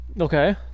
Okay